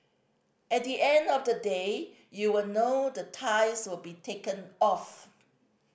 at the end of the day you would know the ties will be taken off